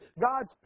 God's